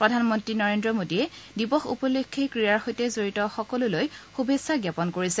প্ৰধানমন্ত্ৰী নৰেন্দ্ৰ মোদীয়ে দিৱস উপলক্ষে ক্ৰীড়াৰ সৈতে জড়িত সকলোলৈ শুভেচ্ছা জাপন কৰিছে